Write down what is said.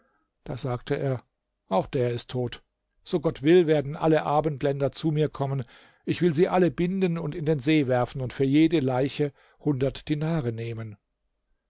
da sagte er auch der ist tot so gott will werden alle abendländer zu mir kommen ich will sie alle binden und in den see werfen und für jede leiche hundert dinare nehmen